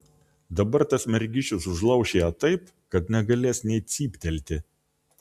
dabar tas mergišius užlauš ją taip kad negalės nė cyptelti